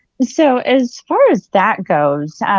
so as far as that goes,